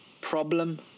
problem